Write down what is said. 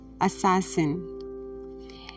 Assassin